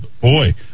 boy